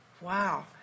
Wow